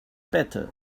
better